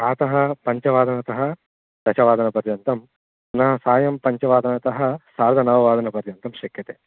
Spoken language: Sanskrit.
प्रातः पञ्चवादनतः दशवादनपर्यन्तं पुनः सायं पञ्चवादनतः सार्धनववादनपर्यन्तं शक्यते